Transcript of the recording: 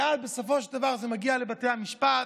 ואז בסופו של דבר זה מגיע לבתי המשפט,